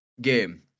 game